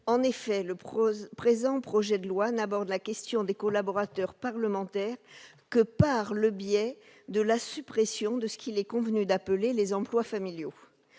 En effet, le présent projet de loi n'aborde la question des collaborateurs parlementaires que par le biais de la suppression de ce qu'il est convenu d'appeler les « emplois familiaux